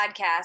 podcast